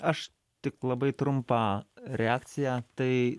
aš tik labai trumpą reakciją tai